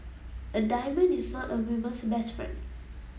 a diamond is not a woman's best friend